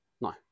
No